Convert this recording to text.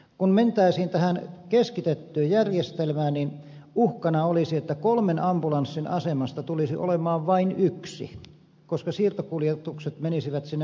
kun mentäisiin tähän keskitettyyn järjestelmään uhkana olisi että kolmen ambulanssin asemesta tulisi olemaan vain yksi koska siirtokuljetukset menisivät sinne maakuntakeskukseen